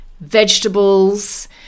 vegetables